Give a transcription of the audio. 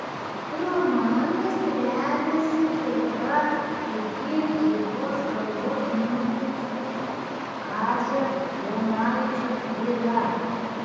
romanas remiasi tikra iki gyvos galvos nuteisto kazio jonaičio byla